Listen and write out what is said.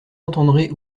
entendrez